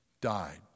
died